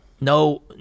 no